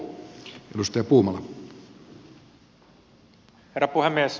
herra puhemies